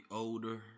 older